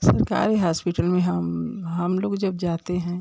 सरकारी हास्पिटल में हम हम लोग जब जाते हैं